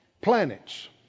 planets